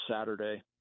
Saturday